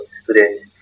students